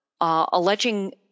alleging